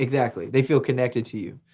exactly, they feel connected to you.